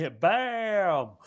Bam